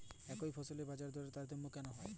একই ফসলের বাজারদরে তারতম্য কেন হয়?